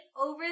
over